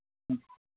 ꯎꯝ